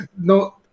no